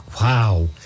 Wow